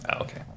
okay